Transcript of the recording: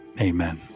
Amen